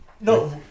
No